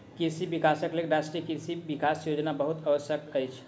कृषि विकासक लेल राष्ट्रीय कृषि विकास योजना बहुत आवश्यक अछि